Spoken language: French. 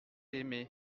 aimé